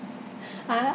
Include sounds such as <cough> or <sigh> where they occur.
<noise>